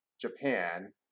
japan